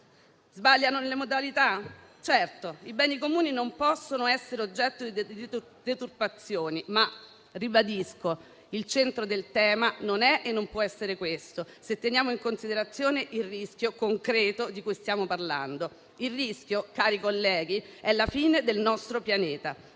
Sbagliano le modalità? Certamente: i beni comuni non possono essere oggetto di deturpazione, ma ribadisco che il centro del tema non è e non può essere questo, se teniamo in considerazione il rischio concreto di cui stiamo parlando. Il rischio, onorevoli colleghi, è la fine del nostro pianeta.